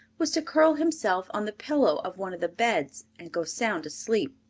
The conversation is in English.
was to curl himself on the pillow of one of the beds and go sound asleep.